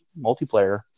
multiplayer